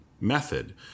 method